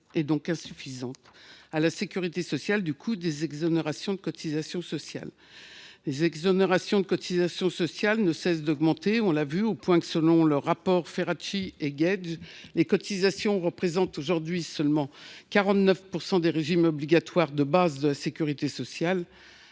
donc insuffisante, à la sécurité sociale du coût des exonérations de cotisations sociales. Les exonérations de cotisations sociales ne cessent d’augmenter, au point que, selon le rapport Ferracci et Guedj, les cotisations représentent aujourd’hui seulement 49 % des régimes obligatoires de base de la sécurité sociale,